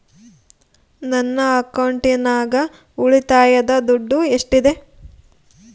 ನನ್ನ ಅಕೌಂಟಿನಾಗ ಉಳಿತಾಯದ ದುಡ್ಡು ಎಷ್ಟಿದೆ?